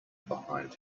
behind